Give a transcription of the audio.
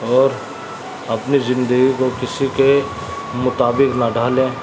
اور اپنی زندگی کو کسی کے مطابق نہ ڈھالیں